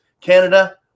Canada